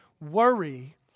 worry